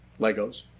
Legos